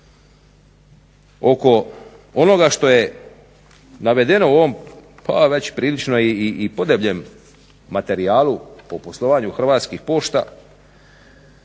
oko onoga što je navedeno u ovom pa već prilično i podebljem materijalu po poslovanju Hrvatskih pošta